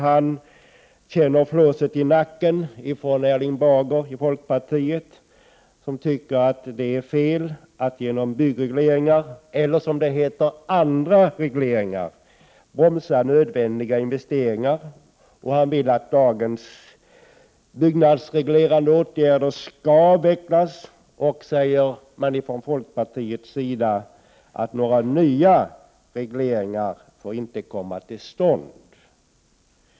Han känner flåset i nacken från Erling Bager i folkpartiet, som tycker att det är fel att genom byggregleringar eller, som det heter, andra regleringar bromsa nödvändiga investeringar. Han vill att dagens byggnadsreglerande åtgärder skall avvecklas och att några nya regleringar inte skall införas.